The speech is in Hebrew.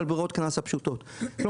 יש השלכות עתידיות.